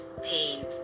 pain